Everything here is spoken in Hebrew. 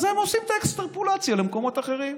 אז הם עושים את האקסטרפולציה למקומות אחרים.